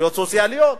זכויות סוציאליות,